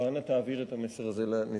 ואנא תעביר את המסר הזה לנשיאות,